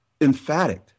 emphatic